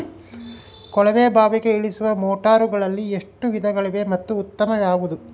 ಕೊಳವೆ ಬಾವಿಗೆ ಇಳಿಸುವ ಮೋಟಾರುಗಳಲ್ಲಿ ಎಷ್ಟು ವಿಧಗಳಿವೆ ಮತ್ತು ಉತ್ತಮ ಯಾವುದು?